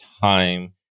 time